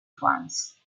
farms